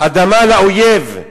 אדמה לאויב.